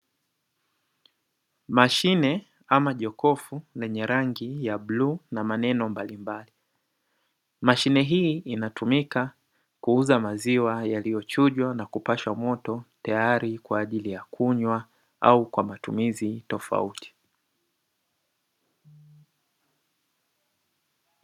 Mashine ama jokofu lenye rangi ya bluu na maneno mbalimbali. Mashine hii inatumika kuuza maziwa yaliyochujwa na kupashwa moto tayari kwa ajili ya kunywa au kwa matumizi tofauti.